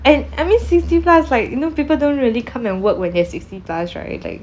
and I mean sixty plus like you know people don't really come and work when they are sixty plus right like